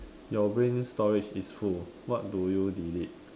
your brain storage is full what do you delete